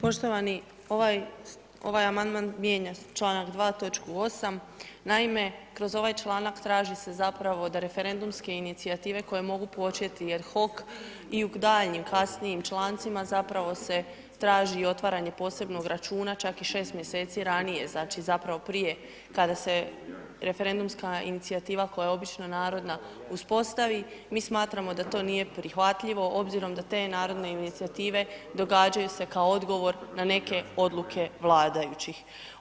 Poštovani, ovaj, ovaj amandman mijenja članak 2., točku 8., naime kroz ovaj članak traži se zapravo da referendumske inicijative koje mogu početi ad hoc i u daljnjim, kasnijim člancima zapravo se traži i otvaranje posebnog računa, čak i 6 mjeseci ranije, znači zapravo prije, kada se referendumska inicijativa koja je obično narodna uspostavi, mi smatramo da to nije prihvatljivo obzirom da te narodne inicijative događaju se kao odgovor na neke odluke vladajućih.